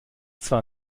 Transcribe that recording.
zwar